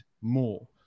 more